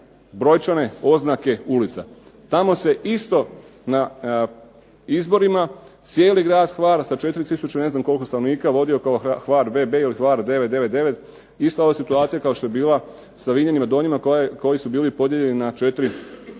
brojčane oznake ulica. Tamo se isto na izborima cijeli grad Hvar sa 4000 i ne znam koliko stanovnika vodio kao Hvar bb ili Hvar 999. Ista ova situacija kao što je bila sa Vinjanima Donjima koji su bili podijeljeni na 4